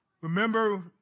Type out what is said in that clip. Remember